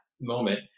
moment